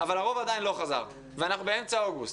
אבל הרוב עדיין לא חזר, ואנחנו באמצע אוגוסט.